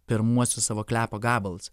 pirmuosius savo klepo gabalus